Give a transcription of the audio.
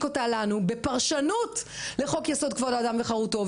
אותה לנו בפרשנות לחוק יסוד כבוד האדם וחרותו,